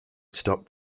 stopped